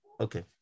Okay